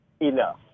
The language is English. enough